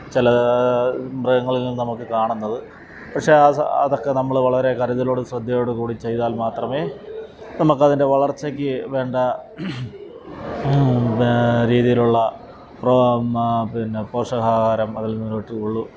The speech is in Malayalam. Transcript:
ചില മൃഗങ്ങളില് നിന്ന് നമുക്ക് കാണുന്നത് പക്ഷെ ആ അതൊക്കെ നമ്മൾ വളരെ കരുതലോടും ശ്രദ്ധയോടും കൂടി ചെയ്താല് മാത്രമേ നമ്മൾക്കതിന്റെ വളര്ച്ചയ്ക്ക് വേണ്ട രീതിയിലുള്ള പിന്നെ പോഷകാഹാരം അതില്നിന്ന് കിട്ടുകയുള്ളു